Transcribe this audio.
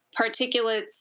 particulates